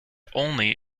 only